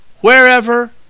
wherever